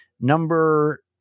number